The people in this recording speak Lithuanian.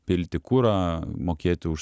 pilti kurą mokėti už